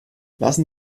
lassen